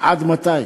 עד מתי?